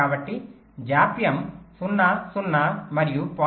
కాబట్టి జాప్యం 0 0 మరియు 0